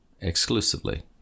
exclusively